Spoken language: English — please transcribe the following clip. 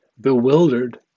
bewildered